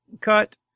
cut